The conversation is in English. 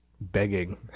begging